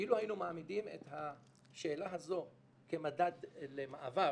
אילו היינו מעמידים את השאלה הזאת כמדד למעבר